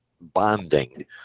bonding